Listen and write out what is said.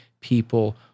people